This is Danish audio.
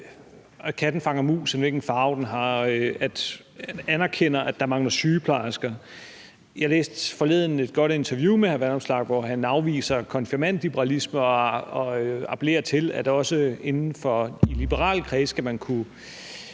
at katten fanger mus, end hvilken farve den har, og at han anerkender, at der mangler sygeplejersker. Jeg læste forleden et godt interview med hr. Alex Vanopslagh, hvor han afviser konfirmantliberalisme og appellerer til, at man også inden for de liberale kredse skal kunne